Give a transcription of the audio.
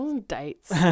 dates